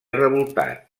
revoltat